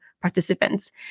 participants